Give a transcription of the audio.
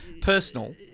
Personal